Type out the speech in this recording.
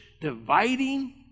dividing